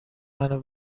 منو